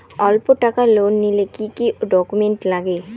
অল্প টাকার লোন নিলে কি কি ডকুমেন্ট লাগে?